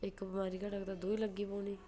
इक घटग ते दुई लग्गी पौनी